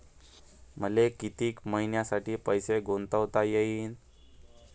मले कितीक मईन्यासाठी पैसे गुंतवता येईन?